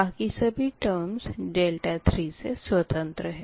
बाकी सभी टर्मस 3 से स्वतंत्र है